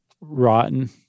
rotten